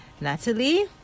Natalie